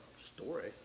story